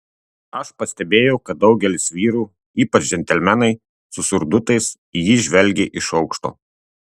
aš pastebėjau kad daugelis vyrų ypač džentelmenai su surdutais į jį žvelgė iš aukšto